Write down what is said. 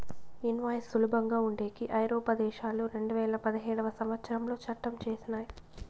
invoice సులభంగా ఉండేకి ఐరోపా దేశాలు రెండువేల పదిహేడవ సంవచ్చరంలో చట్టం చేసినయ్